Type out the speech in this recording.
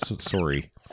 Sorry